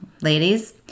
ladies